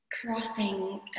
crossing